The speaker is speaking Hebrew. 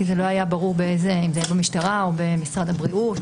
כי זה לא היה ברור אם זה במשטרה או במשרד הבריאות.